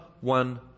one